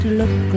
look